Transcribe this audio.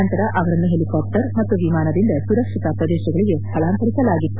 ನಂತರ ಅವರನ್ನು ಹೆಲಿಕಾಪ್ಲರ್ ಮತ್ತು ವಿಮಾನದಿಂದ ಸುರಕ್ಷಿತ ಪ್ರದೇಶಗಳಿಗೆ ಸ್ಥಳಾಂತರಿಸಲಾಗಿತ್ತು